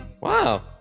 Wow